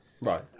Right